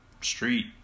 street